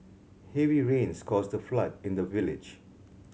heavy rains caused the flood in the village